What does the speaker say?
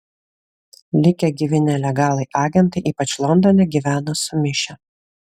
likę gyvi nelegalai agentai ypač londone gyveno sumišę